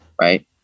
Right